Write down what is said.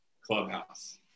Clubhouse